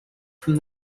from